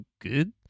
good